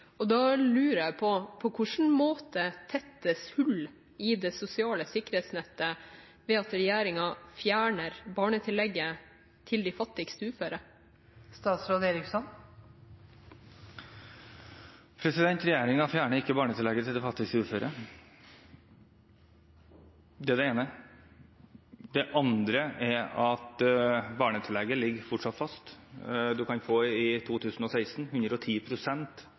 fjerner barnetillegget til de fattigste uføre? Regjeringen fjerner ikke barnetillegget til de fattigste uføre. Det er det ene. Det andre er at barnetillegget fortsatt ligger fast. I 2016 kan man få 110 pst. av det man hadde som lønnsinntekt, i